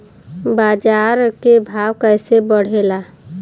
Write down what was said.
बाजार के भाव कैसे बढ़े ला?